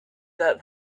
that